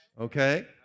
Okay